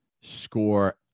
score